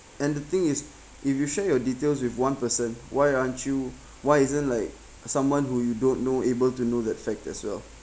and the thing is if you share your details with one person why aren't you why isn't like someone who you don't know able to know that fact as well